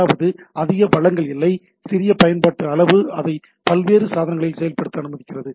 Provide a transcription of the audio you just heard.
அதாவது அதிக வளங்கள் இல்லை சிறிய பயன்பாட்டு அளவு அதை பல்வேறு சாதனங்களில் செயல்படுத்த அனுமதிக்கிறது